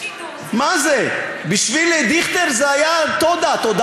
ודאי שאני זוכר את הסרט הערבי.